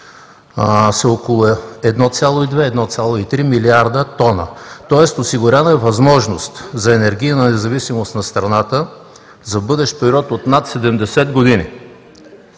са около 1,2 – 1,3 милиарда тона. Тоест, осигурена е възможност за енергийна независимост на страната за бъдещ период от над 70 години.